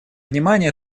внимание